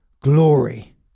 glory